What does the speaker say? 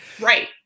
right